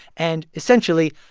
and essentially,